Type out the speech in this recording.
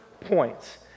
points